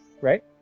Right